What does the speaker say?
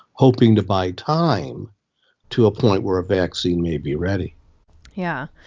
hoping to buy time to a point where a vaccine may be ready yeah.